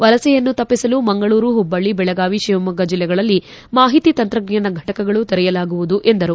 ವಲಸೆಯನ್ನು ತಪ್ಪಿಸಲು ಮಂಗಳೂರು ಹುಬ್ಬಳ್ಳಿ ಬೆಳಗಾವಿ ಶಿವಮೊಗ್ಗ ಜಿಲ್ಲೆಗಳಲ್ಲಿ ಮಾಹಿತಿ ತಂತ್ರಜ್ಞಾನ ಘಟಕಗಳು ತೆರೆಯಲಾಗುವುದು ಎಂದರು